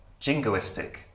jingoistic